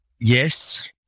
yes